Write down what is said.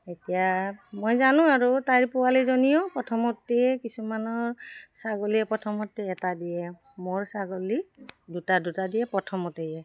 এতিয়া মই জানো আৰু তাইৰ পোৱালিজনীও প্ৰথমতে কিছুমানৰ ছাগলীয়ে প্ৰথমতে এটা দিয়ে মোৰ ছাগলী দুটা দুটা দিয়ে প্ৰথমতেই